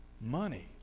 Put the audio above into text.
money